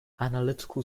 analytical